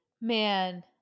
man